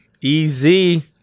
Easy